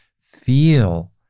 feel